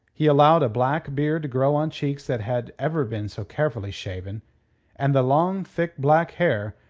he allowed a black beard to grow on cheeks that had ever been so carefully shaven and the long, thick black hair,